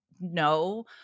no